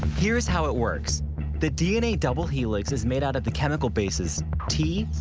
here's how it works the dna double helix is made out of the chemical bases t,